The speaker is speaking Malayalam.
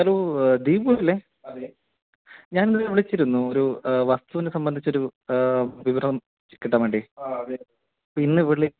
ഹലോ ദീപു അല്ലേ അതെ ഞാാൻ അന്ന് വിളിച്ചിരുന്നു ഒരു വസ്തുവിനെ സംബന്ധിച്ചു ഒരു വിവരം കിട്ടാൻ വേണ്ടി ആ അതെ ഇപ്പം ഇന്ന് വിളി